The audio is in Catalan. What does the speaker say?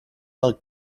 del